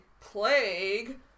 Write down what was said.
plague